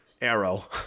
arrow